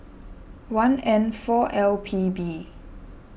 one N four L P B